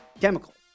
chemical